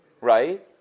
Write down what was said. right